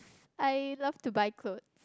I love to buy clothes